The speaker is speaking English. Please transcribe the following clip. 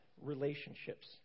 relationships